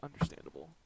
understandable